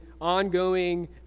ongoing